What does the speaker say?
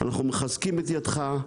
אנחנו מחזקים את ידך,